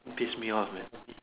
piss me off man